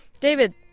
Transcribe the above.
David